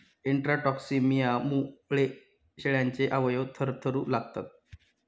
इंट्राटॉक्सिमियामुळे शेळ्यांचे अवयव थरथरू लागतात